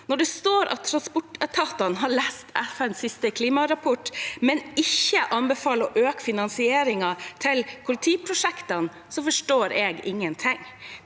Når det står at transportetatene har lest FNs siste klimarapport, men ikke anbefaler å øke finansieringen til kollektivprosjektene, så forstår jeg ingenting.